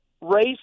Race